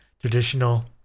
traditional